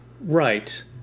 Right